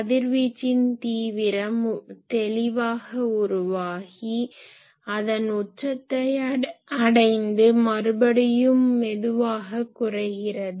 கதிர்வீச்சின் தீவிரம் தெளிவாக உருவாகி அதன் உச்சத்தை அடைந்து மறுபடியும் மெதுவாக குறைகிறது